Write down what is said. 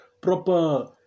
proper